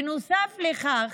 בנוסף לכך,